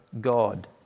God